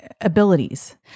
abilities